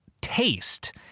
taste